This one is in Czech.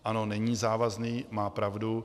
Ano, není závazný, má pravdu.